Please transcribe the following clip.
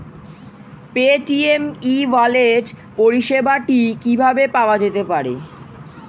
Paytm e wallet পরিষেবাটি কিভাবে পাওয়া যেতে পারে?